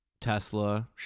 Tesla